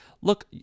look